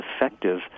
effective